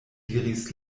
diris